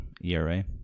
ERA